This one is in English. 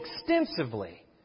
extensively